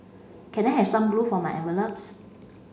can I have some glue for my envelopes